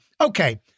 Okay